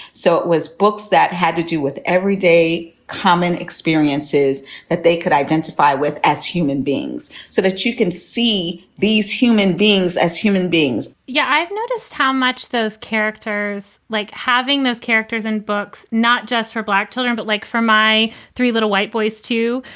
so it was books that had to do with everyday common experiences that they could identify with as human beings so that you can see these human beings as human beings yeah, i've noticed how much those characters like having those characters in books, not just for black children, but like for my three little white boys, too.